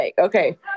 okay